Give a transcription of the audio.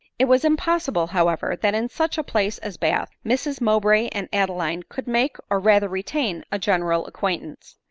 it was impossible, however, that in such a place as bath, mrs mowbray and adeline could make, or rather retain a general acqaintance.